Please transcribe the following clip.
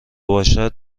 باشد